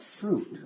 fruit